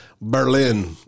Berlin